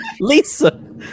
Lisa